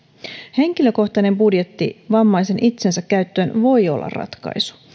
henkilökohtainen budjetti vammaisen itsensä käyttöön voi olla ratkaisu